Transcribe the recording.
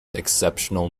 exceptional